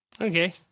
Okay